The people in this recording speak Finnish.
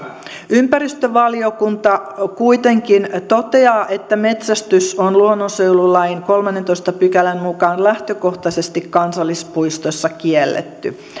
ympäristövaliokunta kuitenkin toteaa että metsästys on luonnonsuojelulain kolmannentoista pykälän mukaan lähtökohtaisesti kansallispuistoissa kielletty